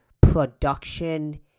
production